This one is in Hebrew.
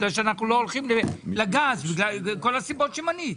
בגלל כל הסיבות שמנית.